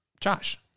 Josh